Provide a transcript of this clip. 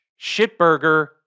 Shitburger